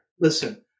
Listen